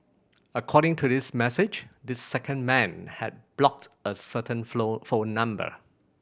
according to this message this second man had block a certain phone number